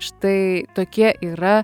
štai tokie yra